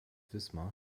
wismar